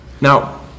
Now